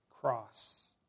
cross